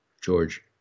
George